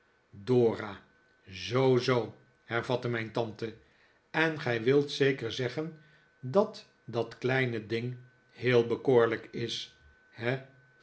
zoo zoo hervatte mijn tante en gij wilt zeker zeggen dat dat kleine ding heel bekoorlijk is he